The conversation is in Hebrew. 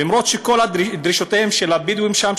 למרות שכל דרישותיהם של הבדואים שם,